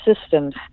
systems